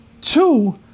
Two